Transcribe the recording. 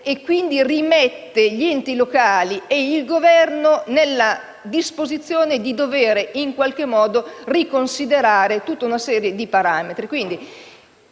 esso rimette gli enti locali e il Governo nella condizione di dover in qualche modo riconsiderare una serie di parametri.